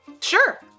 Sure